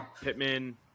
Pittman